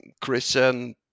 Christian